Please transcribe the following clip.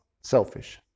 selfish